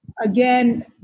again